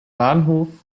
bahnhof